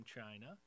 China